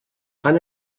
fan